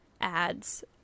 ads